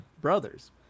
brothers